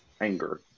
anger